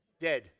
Dead